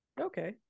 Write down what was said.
okay